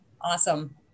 Awesome